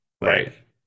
right